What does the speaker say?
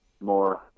more